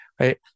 right